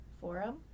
forum